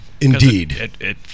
indeed